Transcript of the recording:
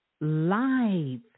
Live